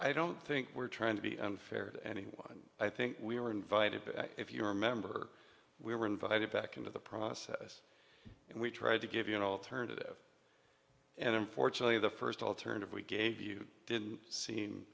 i don't think we're trying to be unfair to anyone i think we were invited but if you remember we were invited back into the process and we tried to give you an alternative and unfortunately the first alternative we gave you didn't seem